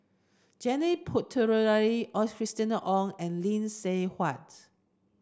Janil Puthucheary Christina Ong and Lee Seng Huat